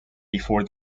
before